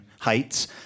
heights